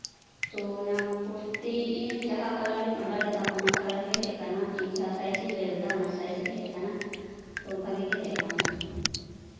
ᱛᱳ ᱚᱱᱟ ᱠᱩᱨᱛᱤ ᱤᱧ ᱡᱟᱸᱦᱟ ᱠᱟᱞᱟᱨ ᱤᱧ ᱚᱰᱟᱨ ᱞᱮᱫᱟ ᱚᱱᱟ ᱠᱟᱞᱟᱨ ᱜᱮ ᱦᱮᱡ ᱠᱟᱱᱟ ᱤᱧ ᱡᱟᱸᱦᱟ ᱥᱟᱭᱤᱡ ᱤᱧ ᱞᱟᱹᱭ ᱞᱮᱫᱟ ᱚᱱᱟ ᱥᱟᱭᱤᱡ ᱜᱮ ᱦᱮᱡ ᱠᱟᱱᱟ ᱛᱳ ᱵᱷᱟᱜᱮ ᱜᱮ ᱦᱮᱡ ᱠᱟᱱᱟ